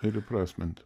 ir įprasminti